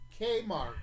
Kmart